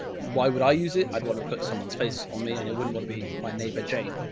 why would i use it? i'd want to put someone's face on me and it wouldn't want to be my neighbor jane.